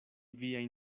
viajn